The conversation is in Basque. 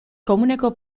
komuneko